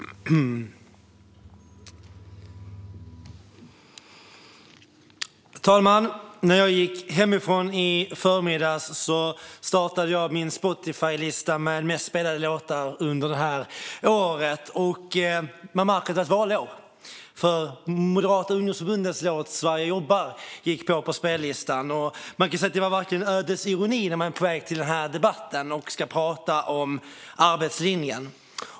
Fru talman! När jag gick hemifrån i förmiddags startade jag Spotifylistan över mest spelade låtar det här året. Det märks att det har varit valår; Moderata ungdomsförbundets låt Sverige jobbar gick igång. Det kan verkligen sägas vara ödets ironi när man är på väg till den här debatten för att tala om arbetslinjen.